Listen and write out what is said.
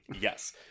Yes